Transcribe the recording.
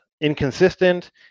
inconsistent